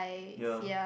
ya